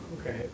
Okay